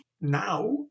now